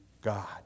God